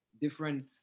different